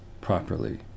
properly